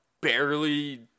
barely